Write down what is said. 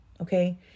Okay